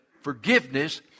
forgiveness